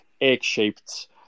egg-shaped